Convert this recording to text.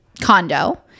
condo